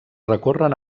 recorren